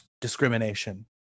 discrimination